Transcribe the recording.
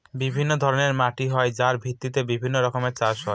বিভিন্ন ধরনের মাটি হয় যার ভিত্তিতে বিভিন্ন রকমের চাষ হয়